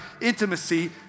intimacy